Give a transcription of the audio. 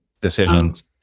decisions